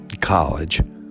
College